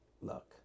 luck